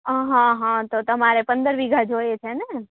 અહં અહં હં તો તમારે પંદર વીઘા જોએ છે ને